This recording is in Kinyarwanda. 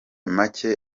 macye